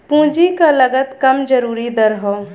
पूंजी क लागत कम जरूरी दर हौ